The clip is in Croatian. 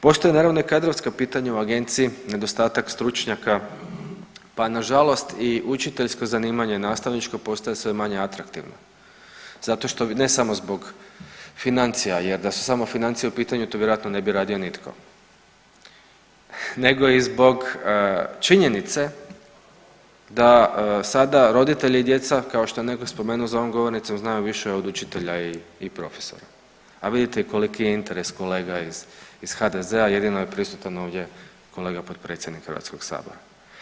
Postoje naravno i kadrovska pitanja u agenciji nedostatak stručnjaka pa nažalost i učiteljsko zanimanje, nastavničko postaje sve manje atraktivno, ne samo zbog financija jer da su samo financije u pitanju to vjerojatno ne bi radio nitko nego i zbog činjenice da sada roditelji i djeca kao što je netko spomenuo za ovom govornicom znaju više od učitelja i profesora, a vidite i koliki je interes kolega iz HDZ-a, jedino je prisutan ovdje kolega potpredsjednik HS-a.